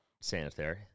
sanitary